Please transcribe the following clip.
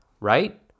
right